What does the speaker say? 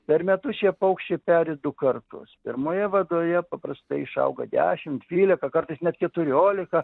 per metus šie paukščiai peri du kartus pirmoje vadoje paprastai išauga dešim dvylika kartais net keturiolika